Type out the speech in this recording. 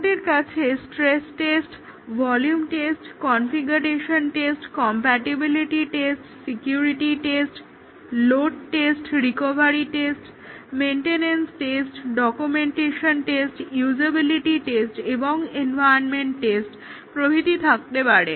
আমাদের কাছে stress test volume test configuration test compatibility test security test load test recovery test maintenance test documentation test usability test এবং environment test প্রভৃতি থাকতে পারে